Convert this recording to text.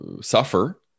suffer